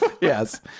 Yes